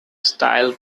style